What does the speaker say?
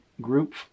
group